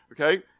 Okay